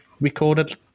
recorded